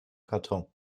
karton